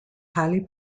highly